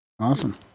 Awesome